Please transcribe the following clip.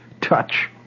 touch